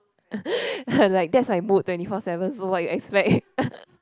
I like that's my mood twenty four seven so what you expect